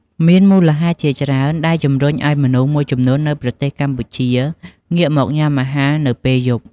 មានមូលហេតុជាច្រើនដែលជំរុញឲ្យមនុស្សមួយចំនួននៅប្រទេសកម្ពុជា ងាកមកញ៉ាំអាហារនៅពេលយប់។